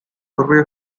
corrió